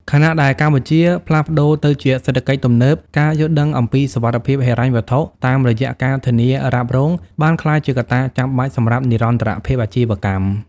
ខណៈដែលកម្ពុជាផ្លាស់ប្តូរទៅជាសេដ្ឋកិច្ចទំនើប ការយល់ដឹងអំពីសុវត្ថិភាពហិរញ្ញវត្ថុតាមរយៈការធានារ៉ាប់រង បានក្លាយជាកត្តាចាំបាច់សម្រាប់និរន្តរភាពអាជីវកម្ម។